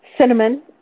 cinnamon